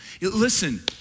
Listen